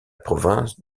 province